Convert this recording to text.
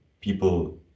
people